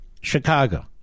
Chicago